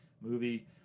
movie